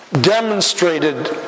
demonstrated